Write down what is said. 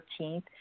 13th